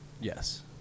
Yes